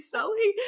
Sully